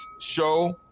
show